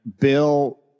Bill